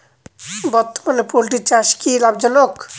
বর্তমানে পোলট্রি চাষ কি লাভজনক?